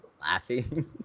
laughing